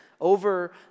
over